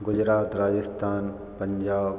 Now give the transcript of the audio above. Gujarat Rajasthan Punjab